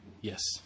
Yes